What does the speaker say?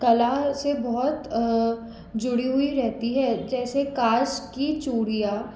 कला से बहोत जुड़ी हुई रहती है जैसे काँच की चूड़ियाँ